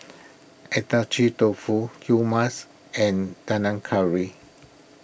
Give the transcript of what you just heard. Agedashi Dofu Hummus and Panang Curry